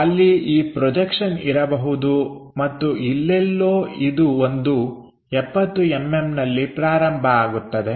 ಅಲ್ಲಿ ಈ ಪ್ರೊಜೆಕ್ಷನ್ ಇರಬಹುದು ಮತ್ತು ಇಲ್ಲೆಲ್ಲೋ ಇದು ಒಂದು 70mm ನಲ್ಲಿ ಪ್ರಾರಂಭ ಆಗುತ್ತದೆ